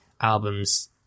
albums